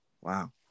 wow